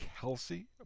Kelsey